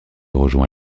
rejoint